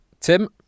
Tim